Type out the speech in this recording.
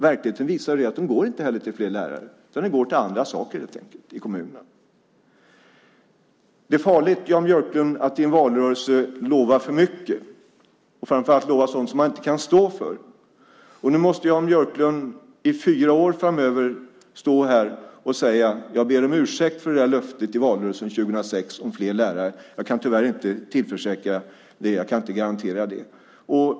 Verkligheten visar att de inte heller går till fler lärare, utan de går till andra saker i kommunerna helt enkelt. Det är farligt, Jan Björklund, att i en valrörelse lova för mycket och framför allt lova sådant som man inte kan stå för. Nu måste Jan Björklund i fyra år framöver stå här och säga: Jag ber om ursäkt för löftet i valrörelsen 2006 om fler lärare. Jag kan tyvärr inte garantera det.